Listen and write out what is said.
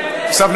לא הבנתי,